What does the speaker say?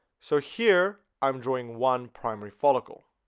so here. i'm drawing one primary follicle,